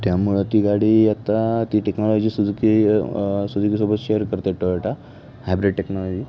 त्यामुळं ती गाडी आता ती टेक्नॉलॉजी सुजुकी सुजुकीसोबत शेअर करते टोयोटा हायब्रिड टेक्नॉलॉजी